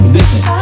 listen